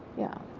yeah.